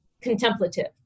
contemplative